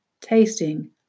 tasting